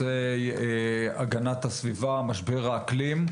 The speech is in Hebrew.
נושאי הגנת הסביבה, משבר האקלים,